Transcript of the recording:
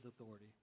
authority